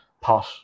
pot